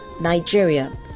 Nigeria